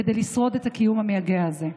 כדי לשרוד את הקיום המייגע הזה.